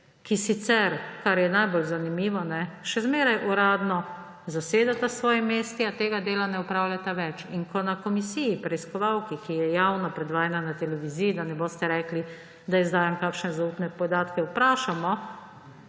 ki sicer, kar je najbolj zanimivo, še vedno uradno zasedata svoje mesto, a tega dela ne opravljata več. In ko na komisiji, preiskovalki, ki je javna predvajana na televiziji, da ne boste rekli, da izdajam kakšne zaupne podatke, vprašamo,